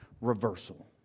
reversal